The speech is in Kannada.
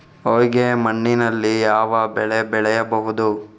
ಹೊಯ್ಗೆ ಮಣ್ಣಿನಲ್ಲಿ ಯಾವ ಬೆಳೆ ಬೆಳೆಯಬಹುದು?